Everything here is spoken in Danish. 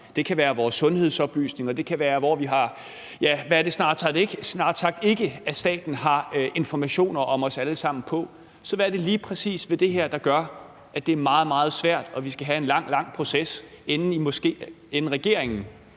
Det kan være vores sundhedsoplysninger, det kan være andre ting. Ja, hvad er det snart sagt ikke, staten har informationer om os alle sammen på, så hvad er det lige præcis ved det her, der gør, at det er meget, meget svært, og at vi skal have en lang, lang proces, inden regeringen